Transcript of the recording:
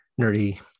nerdy